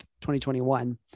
2021